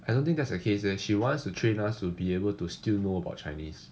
I don't think that's the case eh she wants to train us to be able to still know about chinese